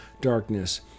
darkness